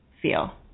feel